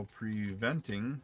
preventing